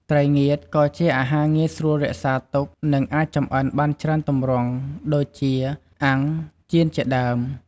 ត្រីងៀត ក៏ជាអាហារងាយស្រួលរក្សាទុក និងអាចចម្អិនបានច្រើនទម្រង់ ដូចជា អាំង ចៀនជាដើម។